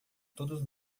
todos